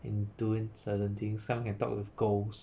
in doing certain things some can talk with ghost